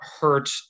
hurt